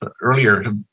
earlier